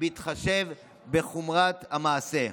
בהתחשב בחומרת המעשה.